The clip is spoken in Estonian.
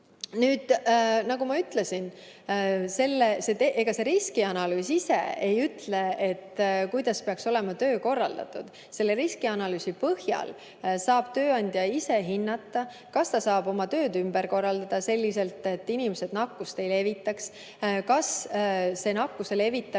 Nagu ma ütlesin, ega see riskianalüüs ise ei ütle, kuidas peaks töö olema korraldatud. Selle riskianalüüsi põhjal saab tööandja ise hinnata, kas ta saab oma tööd ümber korraldada selliselt, et inimesed nakkust ei levitaks, ja kas see nakkuse levitamine